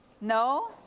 No